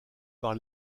par